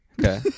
okay